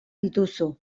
dituzu